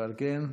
על כן,